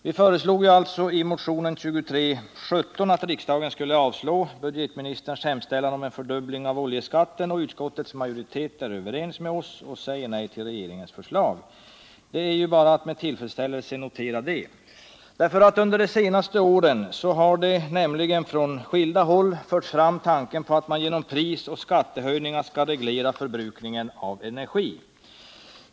Vi föreslog nämligen i motionen 2317 att riksdagen skulle avslå budgetministerns hemställan om fördubbling av oljeskatten, och utskottets majoritet är överens med oss och säger nej till regeringens förslag. Det är bara att med tillfredsställelse notera detta. Under de senaste åren har nämligen från skilda håll förts fram tanken på att man genom prisoch skattehöjningar skall reglera förbrukningen av energi.